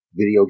video